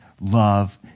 love